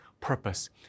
purpose